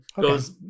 goes